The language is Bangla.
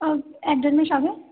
এক দেড় মাস আগে